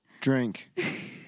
drink